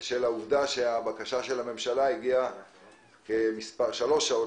בשל העובדה שהבקשה של הממשלה הגיעה שלוש שעות